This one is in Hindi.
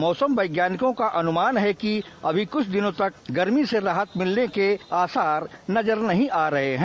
मौसम वैज्ञानियों का अनुमान है कि अभी कुछ दिनों तक गर्मी से राहत मिलने के आसार नजर नहीं आ रहे हैं